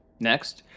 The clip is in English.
next,